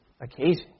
occasion